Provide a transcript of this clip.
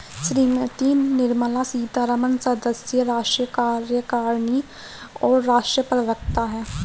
श्रीमती निर्मला सीतारमण सदस्य, राष्ट्रीय कार्यकारिणी और राष्ट्रीय प्रवक्ता हैं